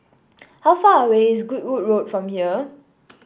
how far away is Goodwood Road from here